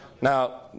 Now